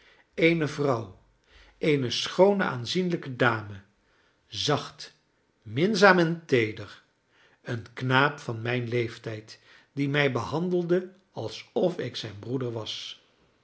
eene vrouw eene schoone aanzienlijke dame zacht minzaam en teeder een knaap van mijn leeftijd die mij behandelde alsof ik zijn broeder was